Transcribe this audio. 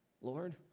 Lord